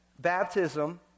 baptism